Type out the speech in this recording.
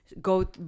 go